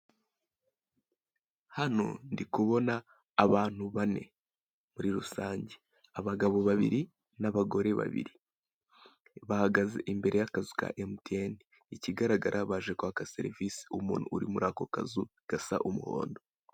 Hano ndi kubona abantu bane muri rusange abagabo babiri n'abagore babiri bahagaze imbere y'akazu ka emutiyene ikigaragara baje kwaka serivise umuntu uri muri ako kazu gasa umuhondo.